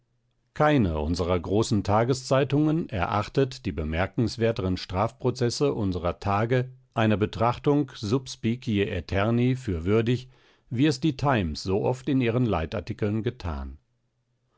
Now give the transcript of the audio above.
keine unserer großen tageszeitungen erachtet die bemerkenswerteren strafprozesse unserer tage einer betrachtung sub specie aeterni für würdig wie es die times sooft in ihren leitartikeln getan